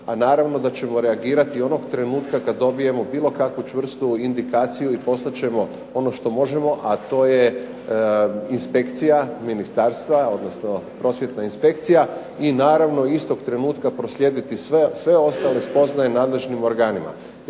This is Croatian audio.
a naravno da ćemo reagirati onog trenutka kada dobijemo bilo kakvu čvrstu indikaciju i poslat ćemo ono što možemo a to je inspekcija Ministarstva odnosno prosvjetna inspekcija i naravno istog trenutka proslijediti sve ostale spoznaje nadležnim organima.